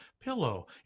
Pillow